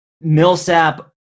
Millsap